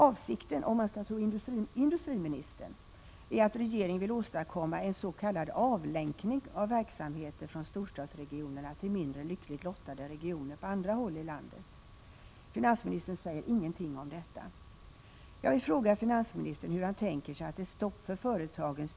Avsikten är, om man skall tro industriministern, att regeringen vill åstadkomma en ”avlänkning” av verksamheter från storstadsregionerna till mindre lyckligt lottade regioner på andra håll i landet. Finansministern säger ingenting om detta.